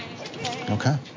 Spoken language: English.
okay